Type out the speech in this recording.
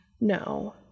No